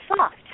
soft